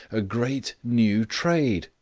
a great new trade.